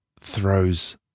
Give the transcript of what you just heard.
throws